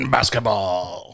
Basketball